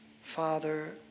Father